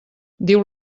diu